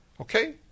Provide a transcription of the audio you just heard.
Okay